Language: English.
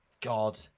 God